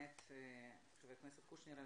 חבר הכנסת קושניר,